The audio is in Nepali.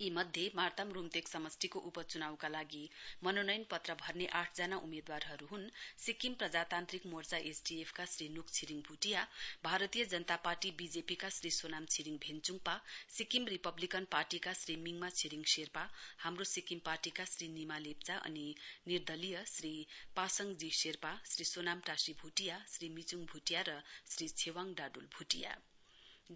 यी मध्ये मार्ताम रूम्तेक समष्टिको उपचुनाउका लागि मनोनयन पत्र भर्ने आठजना उम्मेदवारहरू हुन सिक्किम प्रजातान्त्रिक मोर्चा एसडीएफका श्री नुक छिरिङ भुटिया भारतीय जनता पार्टी बीजेपीका श्री सोनाम छिरिङ भेन्जुङपा सिक्किम रिपब्लिकन पार्टीका श्री मिङमा छिरिङ शेर्पा हाम्रो सिक्किम पार्टीका निमा लेप्चा अनि निर्दलीय श्री पासाङ जी शेर्पा श्री सोनाम दाशीभुटिया श्री मिचुङ भुटिया र श्री छेवाङ डाडुल भुटिया